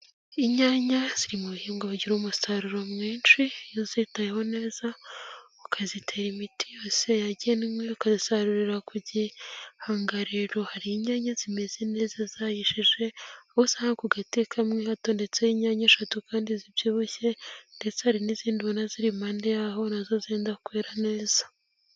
lnyanya ziri mu bihingwa bigira umusaruro mwinshi iyo uzitayeho neza, ukazitera imiti yose yagenwe ,ukazisarurira ku gihe. Aha ngaha rero hari inyanya zimeze neza zahishije ,aho usanga ku gati kamwe hatondetseho inyanya eshatu kandi zibyibushye, ndetse hari n'izindi ubona ziri impande yaho na zo zidatukuye neza.